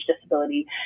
disability